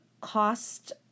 cost